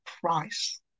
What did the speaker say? price